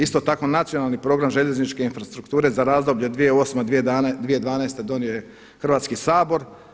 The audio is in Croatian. Isto tako nacionalni program željezničke infrastrukture za razdoblje 2008., 2012. donio je Hrvatski sabor.